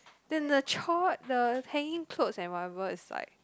then the chore the hanging cloth and whatever is like